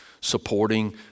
supporting